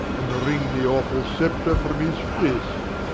and wring the awefull scepter from his fist,